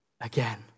again